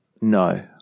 No